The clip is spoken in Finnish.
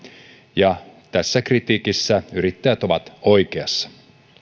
ja tässä kritiikissä yrittäjät ovat oikeassa